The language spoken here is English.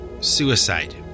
suicide